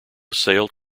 sailed